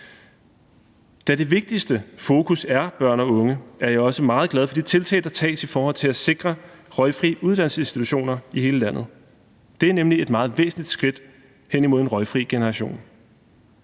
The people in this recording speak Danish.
Da det vigtigste fokus er børn og unge, er jeg også meget glad for de tiltag, der tages i forhold til at sikre røgfri uddannelsesinstitutioner i hele landet. Det er nemlig et meget væsentligt skridt hen imod en røgfri generation.